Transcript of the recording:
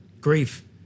Grief